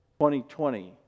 2020